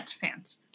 fans